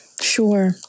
sure